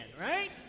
right